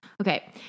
okay